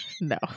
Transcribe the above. no